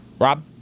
Rob